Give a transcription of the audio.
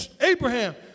Abraham